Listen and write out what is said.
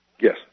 Yes